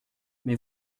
mais